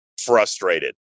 frustrated